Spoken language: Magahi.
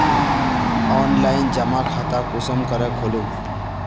ऑनलाइन जमा खाता कुंसम करे खोलूम?